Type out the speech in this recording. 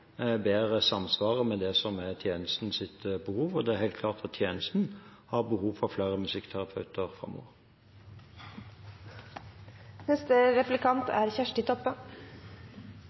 bedre samsvarer med det som er tjenestens behov, og det er helt klart at tjenesten har behov for flere musikkterapeuter